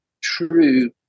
true